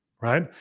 right